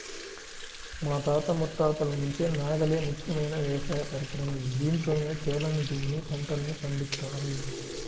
మా తాత ముత్తాతల నుంచి నాగలే ముఖ్యమైన వ్యవసాయ పరికరం, దీంతోనే చేలను దున్ని పంటల్ని పండిత్తారు